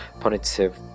punitive